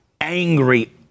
angry